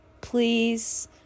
please